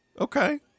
okay